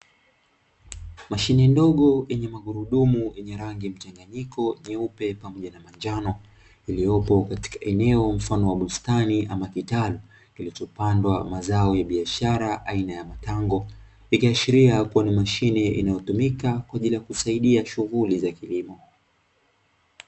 Mashine ndogo yenye magurudumu yenye rangi mchanganyiko nyeupe pamoja na manjano, iliyopo katika eneo mfano wa bustani ama kitalu kilichopandwa mazao ya biashara aina ya matango. Ikiashiria kuwa na mashine inayotumika kwaajili ya kusaidia shughuli za kilimo.